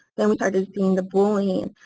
then we started seeing the bullying,